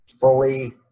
fully